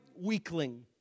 weakling